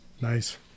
Nice